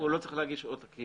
הוא לא צריך להגיש עותקים.